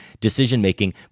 decision-making